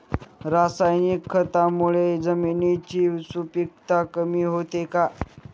रासायनिक खतांमुळे जमिनीची सुपिकता कमी होते का?